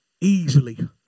easily